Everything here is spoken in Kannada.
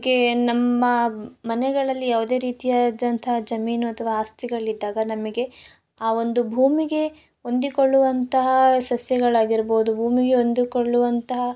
ನಮಗೆ ನಮ್ಮ ಮನೆಗಳಲ್ಲಿ ಯಾವುದೇ ರೀತಿಯಾದಂತಹ ಜಮೀನು ಅಥ್ವ ಆಸ್ತಿಗಳಿದ್ದಾಗ ನಮಗೆ ಆ ಒಂದು ಭೂಮಿಗೆ ಹೊಂದಿಕೊಳ್ಳುವಂತಹ ಸಸ್ಯಗಳಾಗಿರ್ಬೋದು ಭೂಮಿಗೆ ಹೊಂದಿಕೊಳ್ಳುವಂತಹ